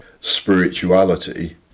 spirituality